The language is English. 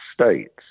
States